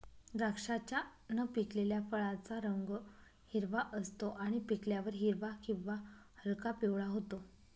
द्राक्षाच्या न पिकलेल्या फळाचा रंग हिरवा असतो आणि पिकल्यावर हिरवा किंवा हलका पिवळा होतो